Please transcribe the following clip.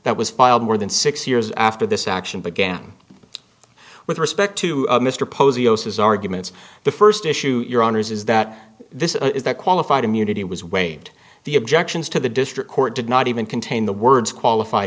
that was filed more than six years after this action began with respect to mr posey osis arguments the first issue your honor is that this is that qualified immunity was waived the objections to the district court did not even contain the words qualified